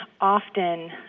often